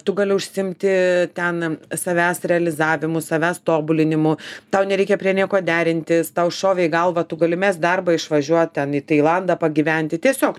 tu gali užsiimti ten savęs realizavimu savęs tobulinimu tau nereikia prie nieko derintis tau šovė į galvą tu gali mest darbą išvažiuot ten į tailandą pagyventi tiesiog